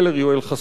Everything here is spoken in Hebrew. יואל חסון,